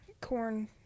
corn